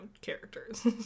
characters